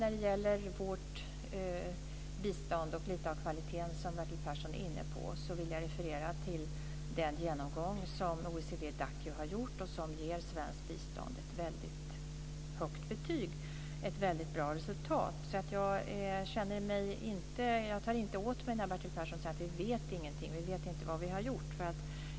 När det gäller vårt bistånd och kvaliteten, som Bertil Persson var inne på, vill jag referera till den genomgång som OECD:s DAC har gjort och som ger svenskt bistånd ett väldigt högt betyg. Det är ett väldigt bra resultat. Jag tar alltså inte åt mig när Bertil Persson säger att vi inte vet någonting, att vi inte vet vad vi har gjort.